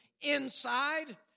inside